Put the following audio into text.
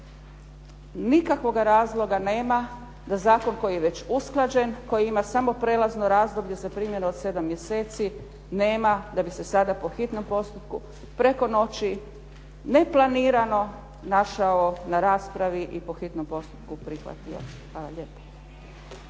nikakvoga razloga nema da Zakon koji je već usklađen, koji ima samo prelazno razdoblje za primjenu od 7 mjeseci nema da bi se sada po hitnom postupku preko noći neplanirano našao na raspravi i po hitnom postupku prihvatio.